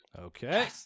Okay